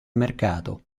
mercato